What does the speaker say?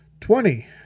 Twenty